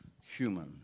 human